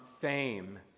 fame